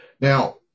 Now